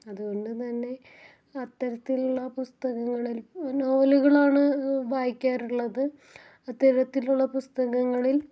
അതുകൊണ്ട് തന്നെ അത്തരത്തിലുള്ള പുസ്തകങ്ങളിൽ നോവലുകളാണ് വായിക്കാറുള്ളത് അത്തരത്തിലുള്ള പുസ്തകങ്ങളിൽ